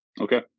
okay